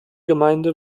gemeinde